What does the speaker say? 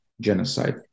genocide